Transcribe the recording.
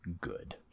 good